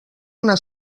una